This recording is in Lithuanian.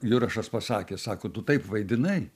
jurašas pasakė sako tu taip vaidinai